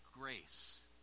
Grace